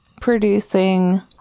producing